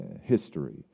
history